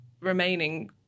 remaining